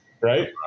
right